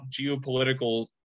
geopolitical